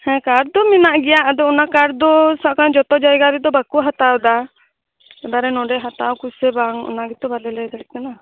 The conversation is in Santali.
ᱦᱮᱸ ᱠᱟᱨᱰ ᱫᱚ ᱢᱮᱱᱟᱜ ᱜᱮᱭᱟ ᱟᱫᱚ ᱚᱱᱟ ᱠᱟᱨᱰ ᱫᱚ ᱥᱟᱵ ᱠᱟᱜ ᱢᱮ ᱡᱚᱛᱚ ᱡᱟᱭᱜᱟ ᱨᱮᱫᱚ ᱵᱟᱠᱚ ᱦᱟᱛᱟᱣ ᱮᱫᱟ ᱮᱵᱟᱨᱮ ᱱᱚᱰᱮ ᱦᱟᱛᱟᱣᱟ ᱠᱚ ᱥᱮ ᱵᱟᱝ ᱚᱱᱟ ᱜᱮᱛᱚ ᱵᱟᱞᱮ ᱞᱟᱹᱭ ᱫᱟᱲᱮᱭᱟᱜ ᱠᱟᱱᱟ